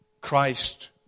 Christ